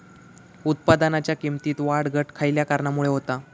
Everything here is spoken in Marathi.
उत्पादनाच्या किमतीत वाढ घट खयल्या कारणामुळे होता?